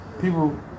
people